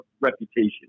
reputation